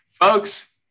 Folks